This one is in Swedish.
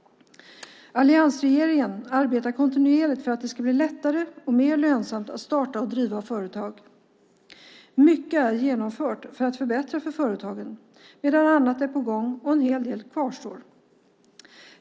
Alliansregeringen arbetar kontinuerligt på att det ska bli lättare och mer lönsamt att starta och driva företag. Mycket är genomfört för att förbättra för företagen. Annat är på gång, och en hel del kvarstår.